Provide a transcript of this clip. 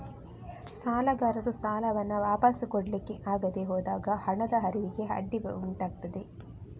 ಸಾಲಗಾರರು ಸಾಲವನ್ನ ವಾಪಸು ಕೊಡ್ಲಿಕ್ಕೆ ಆಗದೆ ಹೋದಾಗ ಹಣದ ಹರಿವಿಗೆ ಅಡ್ಡಿ ಉಂಟಾಗ್ತದೆ